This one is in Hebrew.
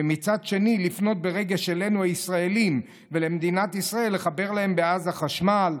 ומצד שני לפנות ברגש אלינו הישראלים ולמדינת ישראל לחבר להם בעזה חשמל,